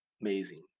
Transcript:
amazing